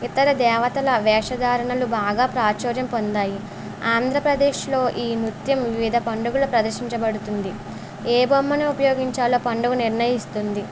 ఇతర దేవతల వేషదారణలు బాగా ప్రాచుర్యం పొందాయి ఆంధ్రప్రదేశ్లో ఈ నృత్యం వివిధ పండుగల ప్రదర్శించబడుతుంది ఏ బొమ్మను ఉపయోగించాలో పండుగ నిర్ణయిస్తుంది